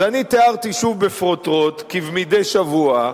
אז אני תיארתי שוב בפרוטרוט, כמדי שבוע,